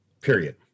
period